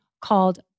called